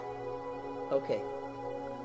Okay